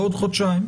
בעוד חודשיים,